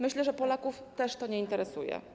Myślę, że Polaków też to nie interesuje.